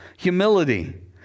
Humility